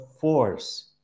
force